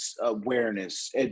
awareness